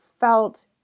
felt